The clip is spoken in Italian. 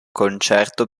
concerto